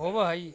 होवऽ हई